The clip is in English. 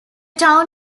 town